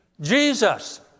Jesus